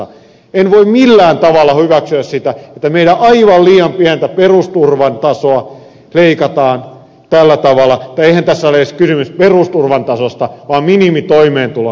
en voi millään tavalla hyväksyä sitä että meidän aivan liian pientä perusturvan tasoamme leikataan tällä tavalla mutta eihän tässä ole edes kysymys perusturvan tasosta vaan minimitoimeentulon tasosta